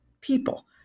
people